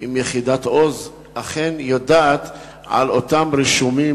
תודה רבה על תשובתך.